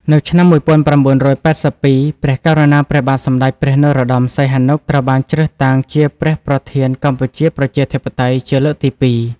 នៅឆ្នាំ១៩៨២ ព្រះករុណាព្រះបាទសម្តេចព្រះនរោត្តម សីហនុ ត្រូវបានជ្រើសតាំងជា ព្រះប្រធានកម្ពុជាប្រជាធិបតេយ្យជាលើកទី២។